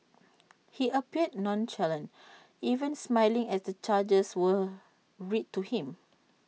he appeared nonchalant even smiling as the charges were read to him